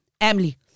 Emily